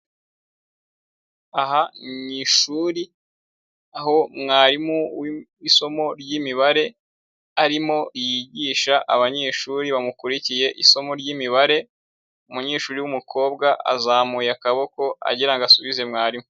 Aha ni ishuri aho mwarimu w'i isomo ryyimibare arimo yigisha abanyeshuri bamukurikiye isomo ryyimibare, umunyeshuri w'umukobwa azamuye akaboko agira ngo asubize mwarimu.